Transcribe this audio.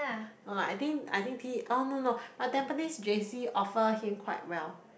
no lah I think I think T oh no no but Tampines J_C offer him quite well